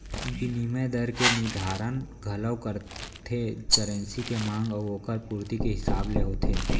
बिनिमय दर के निरधारन घलौ करथे करेंसी के मांग अउ ओकर पुरती के हिसाब ले होथे